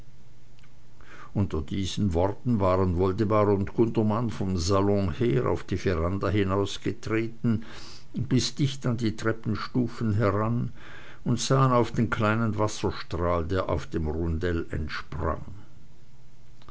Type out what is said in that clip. unter diesen worten waren woldemar und gundermann vom salon her auf die veranda hinausgetreten bis dicht an die treppenstufen heran und sahen auf den kleinen wasserstrahl der auf dem rundell